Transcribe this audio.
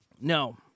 No